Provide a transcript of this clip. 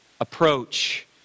approach